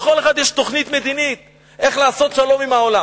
לכל אחד יש תוכנית מדינית איך לעשות שלום עם העולם.